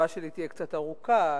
שלי תהיה קצת ארוכה.